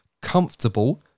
comfortable